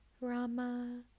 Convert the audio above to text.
Rama